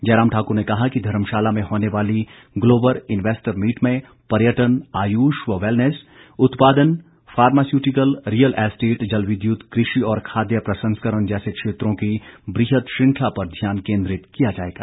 जयराम ठाकुर ने कहा कि धर्मशाला में होने वाली ग्लोबल इन्वैस्टर मीट में पर्यटन आय्ष व वैलनेस उत्पादन फार्मास्यूटिकल रियल एस्टेट जल विद्यूत कृषि और खाद्य प्रसंस्करण जैसे क्षेत्रों की ब्रहद श्रृंखला पर ध्यान केन्द्रित किया जाएगा